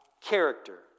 character